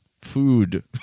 food